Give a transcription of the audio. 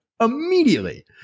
immediately